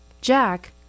jack